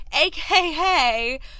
aka